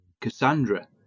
Cassandra